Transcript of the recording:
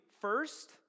first